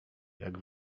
jak